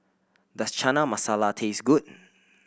does Chana Masala taste good